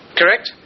correct